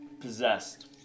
possessed